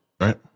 Right